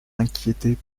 inquiétez